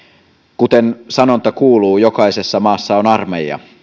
kuten sanonta kuuluu jokaisessa maassa on armeija